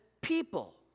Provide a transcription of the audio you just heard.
people